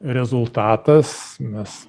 rezultatas mes